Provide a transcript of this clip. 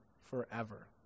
forever